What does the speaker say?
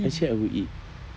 actually I would eat